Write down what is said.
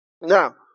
Now